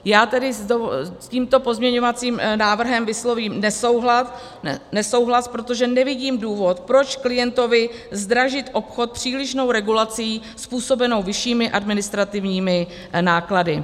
Já tedy s tímto pozměňovacím návrhem vyslovím nesouhlas, protože nevidím důvod, proč klientovi zdražit obchod přílišnou regulací způsobenou vyššími administrativními náklady.